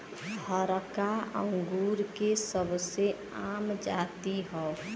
हरका अंगूर के सबसे आम जाति हौ